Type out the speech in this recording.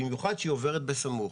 במיוחד אם כשהיא עוברת סמוך.